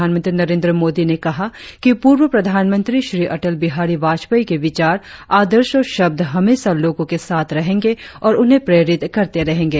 प्रधानमंत्री नरेंद्र मोदी ने कहा कि प्रर्व प्रधानमंत्री श्री अटल बिहारी वाजपेयी के विचार आदर्श और शब्द हमेशा लोगों के साथ रहेंगे और उन्हें प्रेरित करते रहेंगे